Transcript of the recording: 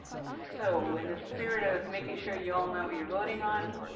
so in the spirit of making sure you all know what you're voting on,